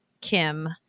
Kim